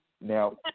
Now